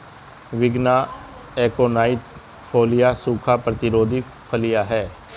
विग्ना aconite folia सूखा प्रतिरोधी फलियां हैं